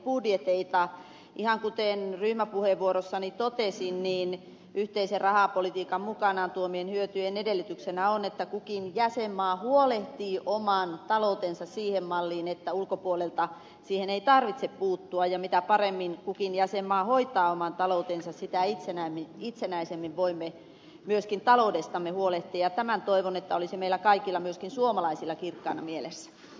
ihan kuten ryhmäpuheenvuorossani totesin yhteisen rahapolitiikan mukanaan tuomien hyötyjen edellytyksenä on että kukin jäsenmaa huolehtii oman taloutensa siihen malliin että ulkopuolelta siihen ei tarvitse puuttua ja mitä paremmin kukin jäsenmaa hoitaa oman taloutensa sitä itsenäisemmin voimme myöskin taloudestamme huolehtia ja tämän toivon olevan meillä kaikilla myöskin suomalaisilla kirkkaana mielessä